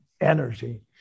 energy